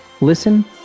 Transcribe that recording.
listen